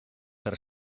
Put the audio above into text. fer